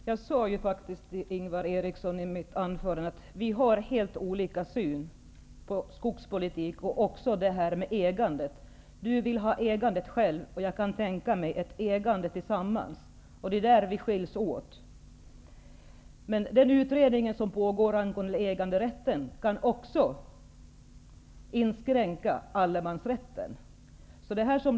Herr talman! Jag sade till Ingvar Eriksson i mitt anförande att han och jag har helt olika syn på skogspolitik och ägande. Ingvar Eriksson vill ha enskilt ägande, medan jag kan tänka mig ett gemensamt ägande. Det är där som våra åsikter skiljer sig. Den utredning som pågår angående äganderätten kan också föreslå att allemansrätten skall inskränkas.